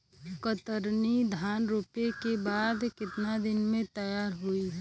कतरनी धान रोपे के बाद कितना दिन में तैयार होई?